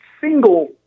single